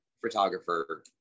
photographer